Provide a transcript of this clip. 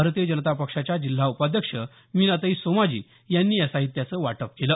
भारतीय जनता पक्षाच्या जिल्हा उपाध्यक्ष मीनाताई सोमाजी यांनी या साहित्याचं वाटप केलं